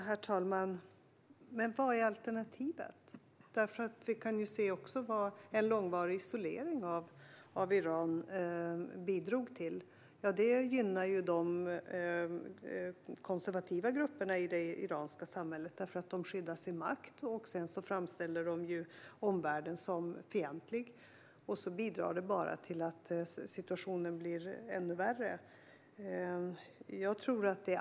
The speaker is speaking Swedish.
Herr talman! Vad är alternativet? Vi ser ju vad en långvarig isolering av Iran bidrar till. Det gynnar de konservativa grupperna i det iranska samhället, för de skyddar sin makt och framställer omvärlden som fientlig, vilket gör situationen ännu värre.